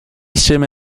seme